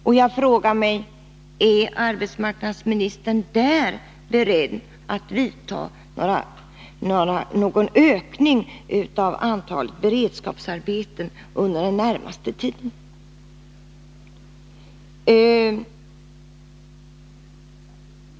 Jag vill fråga: Är arbetsmarknadsministern beredd att vidta åtgärder för att åstadkomma någon ökning av antalet beredskapsarbeten under den närmaste tiden?